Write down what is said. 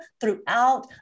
throughout